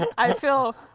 i feel,